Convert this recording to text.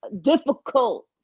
difficult